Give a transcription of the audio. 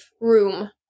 room